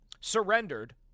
surrendered